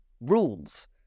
rules